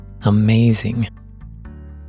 Amazing